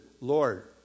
Lord